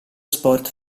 sport